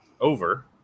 over